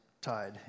tied